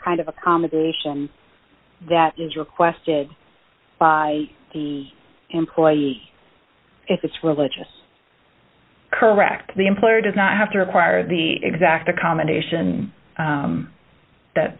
kind of accommodation that is requested by the employee if it's religious correct the employer does not have to acquire the exact accommodation that